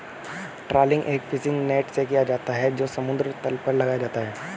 trawling एक fishing net से किया जाता है जो समुद्र तल पर लगाया जाता है